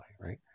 right